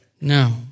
No